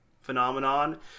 phenomenon